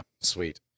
Sweet